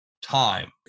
time